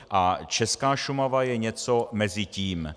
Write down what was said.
A česká Šumava je něco mezi tím.